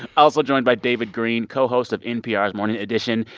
also joined by david greene, co-host of npr's morning edition.